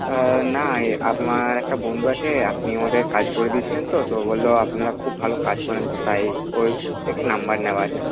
না আমার একটা বন্ধু আছে আপনি ওদের কাজ করে দিয়েছিলেন তো তো বললো আপনারা খুব ভালো কাজ করেন তো তাই ওদের থেকে নম্বর নেওয়া